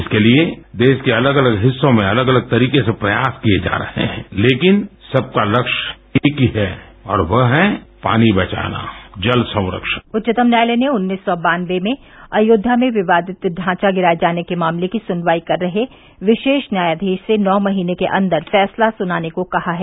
इसके लिये देश के अलग अलग हिस्सों में अलग अलग तरीके से प्रयास किये जा रहे हैं लेकिन सबका लक्ष्य एक ही है और वह पानी बचाना जल संरक्षण उच्चतम न्यायालय ने उन्नीस सौ बान्नवे में अयोध्या में विवादित ढांचा गिराए जाने के मामले की सुनवाई कर रहे विशेष न्यायाधीश से नौ महीने के अंदर फैसला सुनाने को कहा है